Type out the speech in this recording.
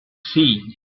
seen